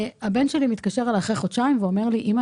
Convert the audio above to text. - הבן שלי אחרי חודשיים התקשר אלי ואמר לי: "אימא,